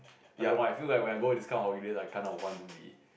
I don't know why I feel like when I go on this kind of holiday I kind of want to be